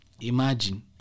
imagine